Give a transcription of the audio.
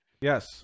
Yes